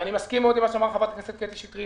ואני מסכים מאוד עם מה שאמרה חברת הכנסת קטי שטרית,